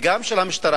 וגם של המשטרה,